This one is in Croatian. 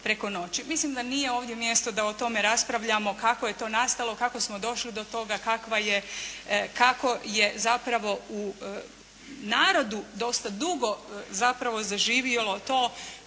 Mislim da nije ovdje mjesto da o tome raspravljamo kako je to nastalo, kako smo došli do toga, kako je zapravo u narodu dosta dugo zapravo zaživjelo to